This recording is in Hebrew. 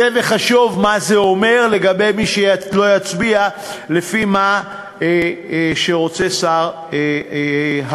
צא וחשוב מה זה אומר לגבי מי שלא יצביע לפי מה שרוצה שר האוצר.